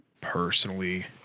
personally